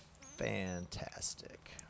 fantastic